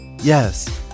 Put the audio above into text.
Yes